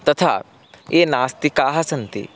तथा ये नास्तिकाः सन्ति